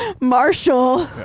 marshall